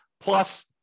plus